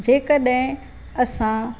जे कॾहिं असां